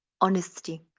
honesty